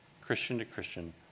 Christian-to-Christian